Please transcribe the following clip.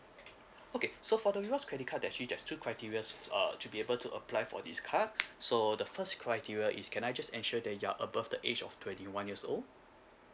okay so for the rewards credit card there actually there's two criterias uh to be able to apply for this card so the first criteria is can I just ensure that you're above the age of twenty one years old